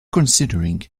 considering